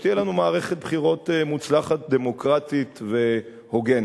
ושתהיה לנו מערכת בחירות מוצלחת, דמוקרטית והוגנת.